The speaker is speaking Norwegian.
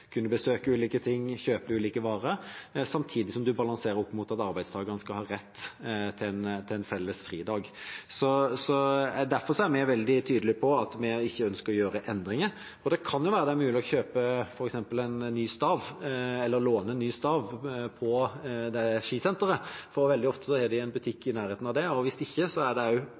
besøke ulike ting, kjøpe ulike varer, må samtidig balanseres opp mot at arbeidstakerne skal ha rett til en felles fridag. Derfor er vi veldig tydelige på at vi ikke ønsker å gjøre endringer. Og det kan jo være det er mulig f.eks. å kjøpe, eller låne, en ny stav på det skisenteret, for veldig ofte har de en butikk i nærheten av det. Og hvis ikke, så er det